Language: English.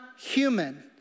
human